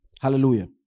Hallelujah